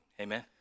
Amen